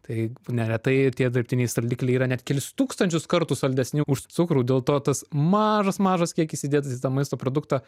tai neretai ir tie dirbtiniai saldikliai yra net kelis tūkstančius kartų saldesni už cukrų dėl to tas mažas mažas kiekis įdėtas į tą maisto produktą